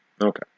Okay